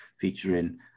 featuring